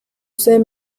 zen